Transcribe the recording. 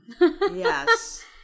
Yes